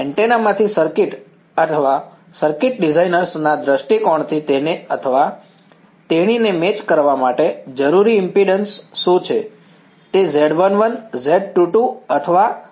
antenna માંથી circuit અથવા circuit designers ના દૃષ્ટિકોણથી તેને અથવા તેણીને મેચ કરવા માટે જરૂરી ઈમ્પિડન્સ શું છે તે Z11 Z22 અથવા શું છે